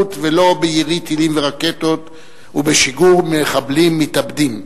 בהידברות ולא בירי טילים ורקטות ובשיגור מחבלים מתאבדים.